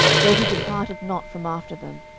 jehu departed not from after them,